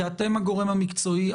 אתם הגורם המקצועי.